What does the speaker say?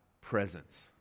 presence